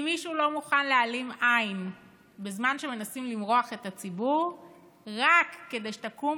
אם מישהו לא מוכן להעלים עין בזמן שמנסים למרוח את הציבור רק כדי שתקום